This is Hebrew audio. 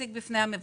להציג בפני המבקר